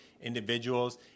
individuals